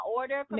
order